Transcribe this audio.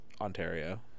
Ontario